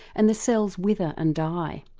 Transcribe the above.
and the cells wither and die.